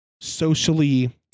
socially